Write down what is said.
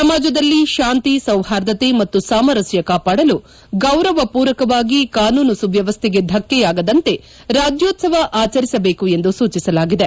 ಸಮಾಜದಲ್ಲಿ ಶಾಂತಿ ಸೌಹಾರ್ದತೆ ಮತ್ತು ಸಾಮರಸ್ತ ಕಾಪಾಡಲು ಗೌರವ ಪೂರಕವಾಗಿ ಕಾನೂನು ಸುವ್ಕವಸ್ಠೆಗೆ ಧಕ್ಕೆಯಾಗದಂತೆ ರಾಜ್ಯೋತ್ಸವ ಆಚರಿಸಬೇಕು ಎಂದು ಸೂಚಿಸಲಾಗಿದೆ